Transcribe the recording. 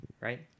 Right